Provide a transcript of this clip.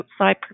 Outside